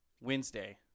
Wednesday